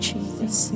Jesus